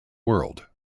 world